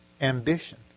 ambition